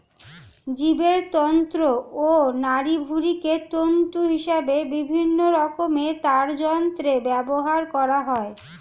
জীবের অন্ত্র ও নাড়িভুঁড়িকে তন্তু হিসেবে বিভিন্ন রকমের তারযন্ত্রে ব্যবহার করা হয়